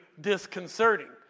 disconcerting